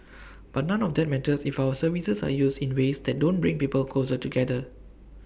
but none of that matters if our services are used in ways that don't bring people closer together